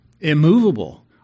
immovable